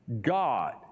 God